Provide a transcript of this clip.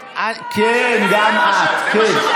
כן, גם את, כן.